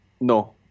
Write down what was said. No